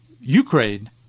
Ukraine